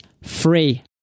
Free